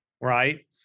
right